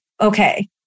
okay